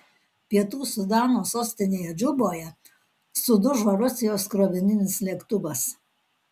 pietų sudano sostinėje džuboje sudužo rusijos krovininis lėktuvas